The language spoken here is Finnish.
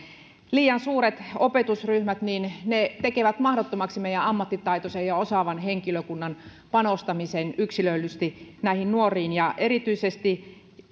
liian suuret opetusryhmät tekevät mahdottomaksi meidän ammattitaitoisen ja osaavan henkilökuntamme panostamisen yksilöidysti nuoriin ja erityisesti